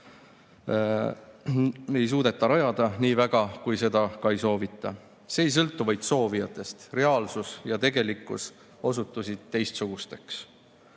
ei suudeta rajada, nii väga kui seda ka ei soovita. See ei sõltu vaid soovijatest. Reaalsus ja tegelikkus osutusid teistsugusteks.